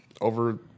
Over